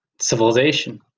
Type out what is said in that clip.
Civilization